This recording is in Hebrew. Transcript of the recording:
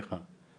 סליחה.